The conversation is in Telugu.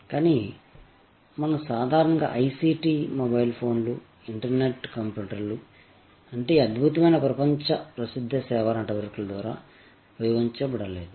కానీ మనం సాధారణంగా ICT మొబైల్ ఫోన్లు ఇంటర్నెట్ కంప్యూటర్లు అంటే ఈ అద్భుతమైన ప్రపంచ ప్రసిద్ధ సేవా నెట్వర్క్ ద్వారా ఉపయోగించబడలేదు